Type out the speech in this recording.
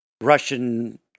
Russian